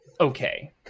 okay